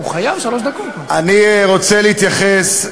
אני רוצה להתייחס,